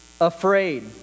afraid